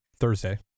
Thursday